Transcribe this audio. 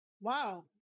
Wow